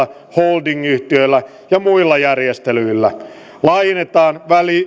holding yhtiöillä ja muilla järjestelyillä laajennetaan